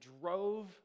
drove